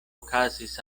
okazis